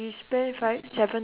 but now it's still shit lah